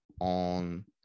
on